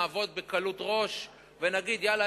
נעבוד בקלות-ראש ונגיד: יאללה,